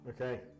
okay